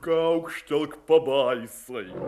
kaukštelk pabaisai